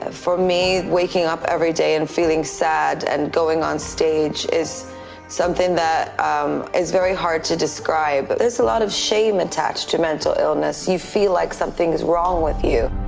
ah for me, waking up every day and feeling sad and going on stage is something that is very hard to describe. but there's a lot of shame attached to mental illness. you feel like something's wrong with you.